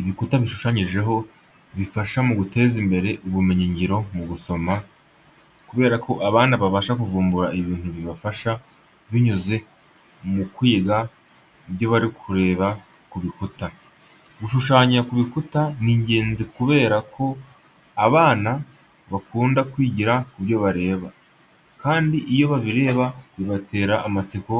Ibikuta bishushanyijeho bifasha mu guteza imbere ubumenyingiro mu gusoma, kubera ko abana babasha kuvumbura ibintu bibafasha, binyuze mu kwiga ibyo bari kureba kubikuta. Gushushanya ku bikuta ni ingezi kubera ko abana bakunda kwigira ku byo bareba, kandi iyo babireba bibatera amatsiko